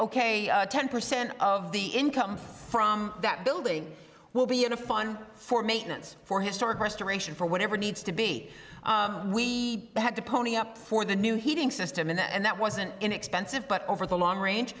ok ten percent of the income from that building will be in a fun for maintenance for historic restoration for whatever needs to be we had to pony up for the new heating system and that wasn't inexpensive but over the long range